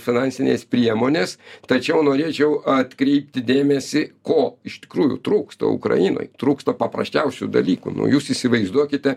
finansinės priemonės tačiau norėčiau atkreipti dėmesį ko iš tikrųjų trūksta ukrainoj trūksta paprasčiausių dalykų nu jūs įsivaizduokite